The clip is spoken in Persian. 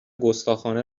گستاخانه